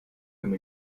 comme